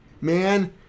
Man